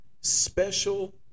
special